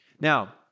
Now